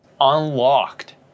unlocked